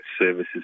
services